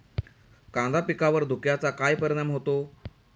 कांदा पिकावर धुक्याचा काय परिणाम होतो?